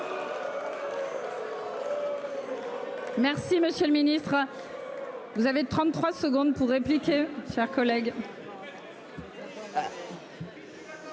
Merci, monsieur le Ministre.-- Vous avez de 33 secondes pour répliquer, chers collègues.